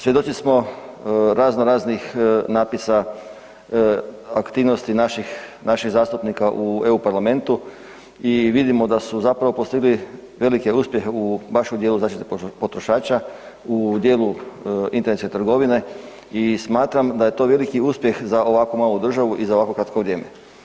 Svjedoci smo razno-raznih napisa aktivnosti naših zastupnika u EU parlamentu i vidimo da su zapravo postigli velike uspjehe baš u dijelu zaštite potrošača, u dijelu interesa trgovine i smatram da je to veliki uspjeh za ovako malu državu i za ovako kratko vrijeme.